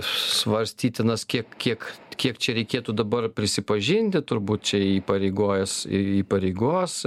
svarstytinas kiek kiek kiek čia reikėtų dabar prisipažinti turbūt čia įpareigojęs į įpareigos